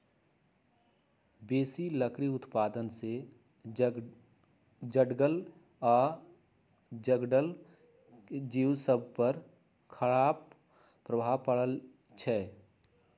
बेशी लकड़ी उत्पादन से जङगल आऽ जङ्गल के जिउ सभके उपर खड़ाप प्रभाव पड़इ छै